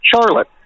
Charlotte